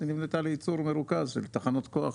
היא נבנתה לייצור מרוכז של תחנות כוח.